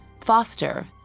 Foster